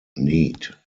need